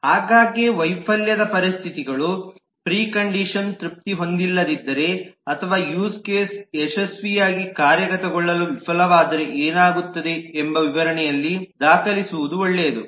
ಆಗಾಗ್ಗೆ ವೈಫಲ್ಯದ ಪರಿಸ್ಥಿತಿಗಳು ಪ್ರಿ ಕಂಡೀಶನ್ ತೃಪ್ತಿ ಹೊಂದಿಲ್ಲದಿದ್ದರೆ ಅಥವಾ ಯೂಸ್ ಕೇಸ್ ಯಶಸ್ವಿಯಾಗಿ ಕಾರ್ಯಗತಗೊಳ್ಳಲು ವಿಫಲವಾದರೆ ಏನಾಗುತ್ತದೆ ಎಂಬ ವಿವರಣೆಯಲ್ಲಿ ದಾಖಲಿಸುವುದು ಒಳ್ಳೆಯದು